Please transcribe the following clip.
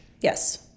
Yes